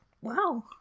Wow